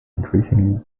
increasingly